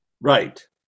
Right